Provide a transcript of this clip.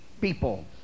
people